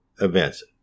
events